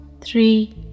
three